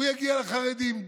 הוא יגיע לחרדים.